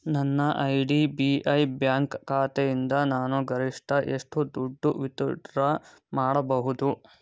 ನನ್ನ I D B I bank ಖಾತೆಯಿಂದ ನಾನು ಗರಿಷ್ಠ ಎಷ್ಟು ದುಡ್ಡು ವಿತ್ ಡ್ರಾ ಮಾಡಬಹುದು